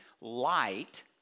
light